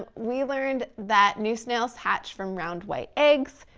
ah we learned that new snails hatch from round white eggs.